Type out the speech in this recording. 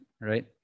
Right